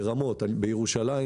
ברמות בירושלים